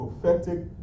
prophetic